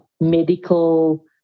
medical